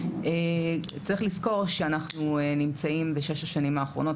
צריך לזכור שאנחנו נמצאים בשש השנים האחרונות,